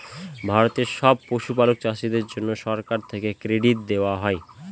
ভারতের সব পশুপালক চাষীদের জন্যে সরকার থেকে ক্রেডিট দেওয়া হয়